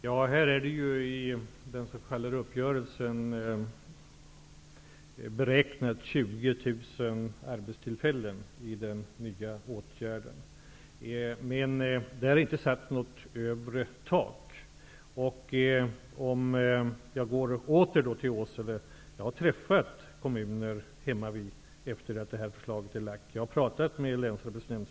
Fru talman! I uppgörelsen är beräknat att den nya åtgärden skall ge 20 000 arbetstillfällen. Det har inte satts något övre tak. Jag har pratat med länsarbetsnämndsdirektören hemmavid efter det att förslaget lades fram.